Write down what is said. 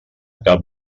cap